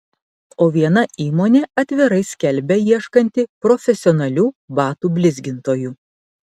o viena įmonė atvirai skelbia ieškanti profesionalių batų blizgintojų